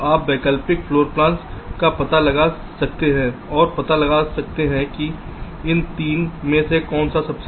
तो आप वैकल्पिक फ्लोर प्लांस का पता लगा सकते हैं और पता लगा सकते हैं कि इन 3 में से कौन सा सबसे अच्छा है